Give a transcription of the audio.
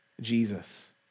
Jesus